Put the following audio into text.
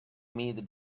meet